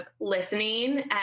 listening